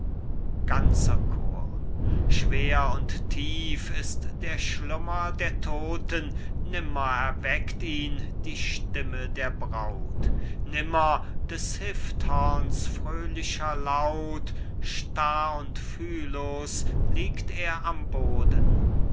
ganzer chor schwer und tief ist der schlummer der todten nummer erweckt ihn die stimme der braut nimmer des hifthorns fröhlicher laut starr und fühllos liegt er am boden